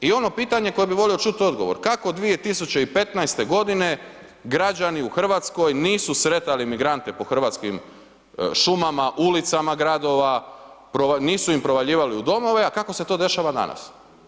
I ono pitanje koje bih volio čuti odgovor kako 2015. godine građani u Hrvatskoj nisu sretali migrante po hrvatskim šumama, ulicama gradova, nisu im provaljivali u domove a kako se to dešava danas?